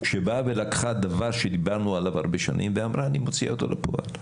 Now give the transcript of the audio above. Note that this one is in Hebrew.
שבאה ולקחה דבר שדיברנו עליו הרבה שנים ואמרה אני מוציאה אותו לפועל.